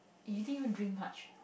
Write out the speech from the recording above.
you didn't even drink much